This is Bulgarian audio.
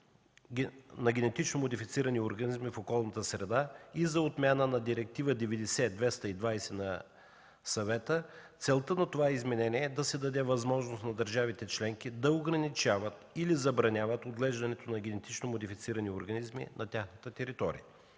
на генетично модифицирани организми в околната среда и за отмяна на Директива 90/220 на Съвета. Целта на това изменение е да се даде възможност на държавите членки да ограничават или забраняват отглеждането на генетично модифицирани организми на тяхната територия.